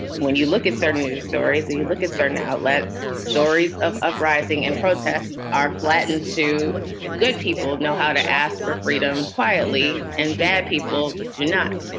when you look at certain news stories, you you look at certain outlets, stories of uprising and protests are flattened, too good people know how to ask for freedom quietly and bad people do not